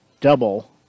double